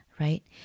right